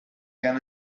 can